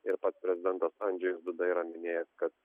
ir pats prezidentas andžejus duda yra minėjęs kad